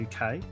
UK